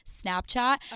Snapchat